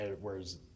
Whereas